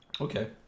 Okay